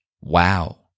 Wow